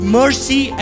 mercy